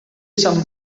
some